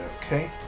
Okay